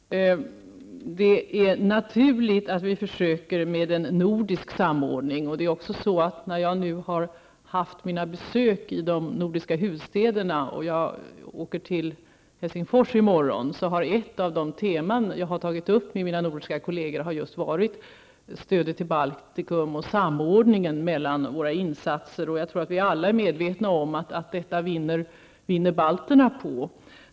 Fru talman! Det är naturligt att vi försöker få en nordisk samordning. När jag nu har gjort mina besök i de nordiska huvudstäderna -- jag åker till Helsingfors i morgon -- har ett av de teman som jag har tagit upp med mina nordiska kolleger varit just stödet till Baltikum och samordningen mellan våra insatser. Jag tror att vi alla är medvetna om att balterna vinner på detta.